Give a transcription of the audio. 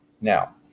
Now